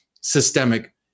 systemic